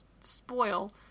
spoil